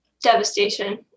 devastation